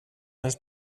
ens